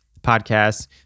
podcasts